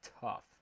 tough